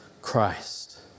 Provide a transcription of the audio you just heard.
Christ